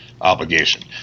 obligation